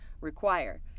require